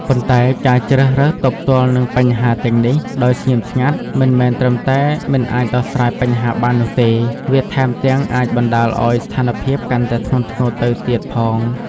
ប៉ុន្តែការជ្រើសរើសទប់ទល់នឹងបញ្ហាទាំងនេះដោយស្ងៀមស្ងាត់ មិនត្រឹមតែមិនអាចដោះស្រាយបញ្ហាបាននោះទេ វាថែមទាំងអាចបណ្តាលឲ្យស្ថានភាពកាន់តែធ្ងន់ធ្ងរទៅទៀតផង។